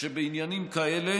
שבעניינים כאלה